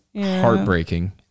heartbreaking